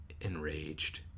enraged